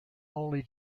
only